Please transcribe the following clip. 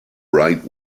right